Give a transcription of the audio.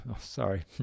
sorry